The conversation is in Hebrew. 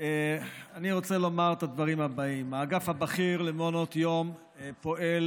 אני רוצה לומר את הדברים הבאים: האגף הבכיר למעונות יום פועל